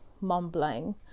mumbling